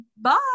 bye